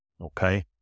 okay